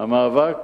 בעת המאבק